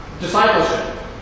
discipleship